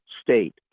state